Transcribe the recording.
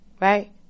Right